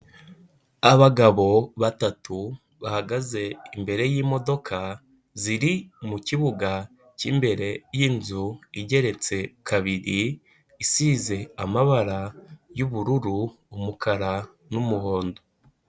Abagabo batatu bahagaze imbere y'imodoka ziri mu kibuga cy'imbere y'inzu igeretse kabiri, isize amabara y'ubururu, umukara n'umuhondo.